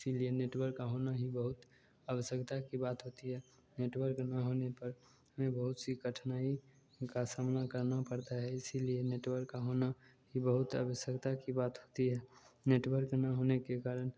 इसीलिए नेटवर्क का होना ही बहुत आवश्यकता की बात होती है नेटवर्क ना होने पर हमें बहुत सी कठिनाई का सामना करना पड़ता है इसीलिए नेटवर्क का होना ही बहुत आवश्यकता की बात होती है नेटवर्क ना होने के कारण